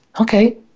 okay